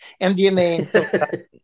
MDMA